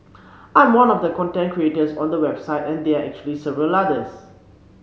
I'm one of the content creators on the website and there are actually several others